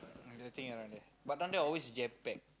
the thing around there but down there always jam packed